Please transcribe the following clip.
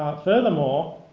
furthermore,